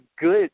good